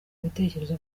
ibitekerezo